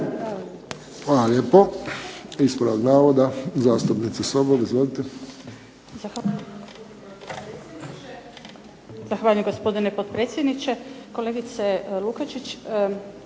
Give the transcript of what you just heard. Hvala lijepo. Ispravak navoda, zastupnica Sobol. Izvolite.